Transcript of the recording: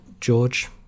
George